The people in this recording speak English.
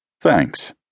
Thanks